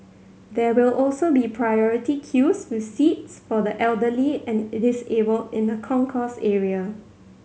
there will also be priority queues with seats for the elderly and disabled in the concourse area